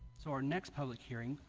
so our next public hearing